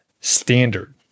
standard